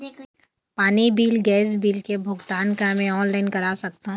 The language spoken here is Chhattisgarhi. पानी बिल गैस बिल के भुगतान का मैं ऑनलाइन करा सकथों?